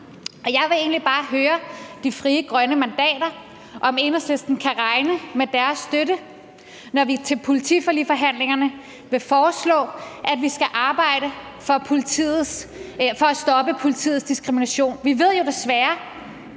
Jeg vil egentlig bare høre de frie grønne mandater, om Enhedslisten kan regne med deres støtte, når vi ved politiforligsforhandlingerne vil foreslå, at vi skal arbejde på at stoppe politiets diskrimination. Vi ved jo desværre,